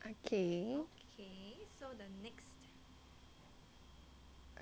okay okay so the next